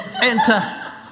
Enter